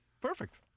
Perfect